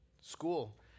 school